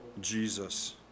Jesus